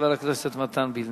חבר הכנסת מתן וילנאי.